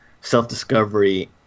self-discovery